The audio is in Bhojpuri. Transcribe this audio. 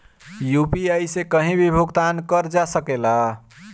यू.पी.आई से कहीं भी भुगतान कर जा सकेला?